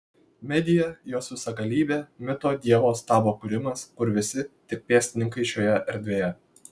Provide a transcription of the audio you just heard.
medija jos visagalybė mito dievo stabo kūrimas kur visi tik pėstininkai šioje erdvėje